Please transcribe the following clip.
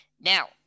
Now